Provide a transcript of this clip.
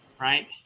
right